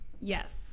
Yes